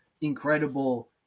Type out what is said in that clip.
incredible